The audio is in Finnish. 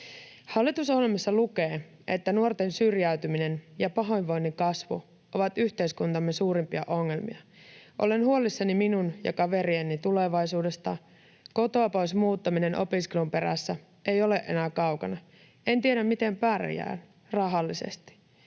”Hallitusohjelmassa lukee, että nuorten syrjäytyminen ja pahoinvoinnin kasvu ovat yhteiskuntamme suurimpia ongelmia. Olen huolissani minun ja kaverieni tulevaisuudesta. Kotoa pois muuttaminen opiskelun perässä ei ole enää kaukana. En tiedä, miten pärjään rahallisesti.